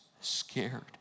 scared